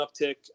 uptick